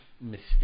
mistake